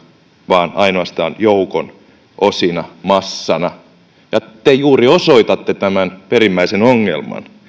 vaan ainoastaan joukon osina massana te juuri osoitatte tämän perimmäisen ongelman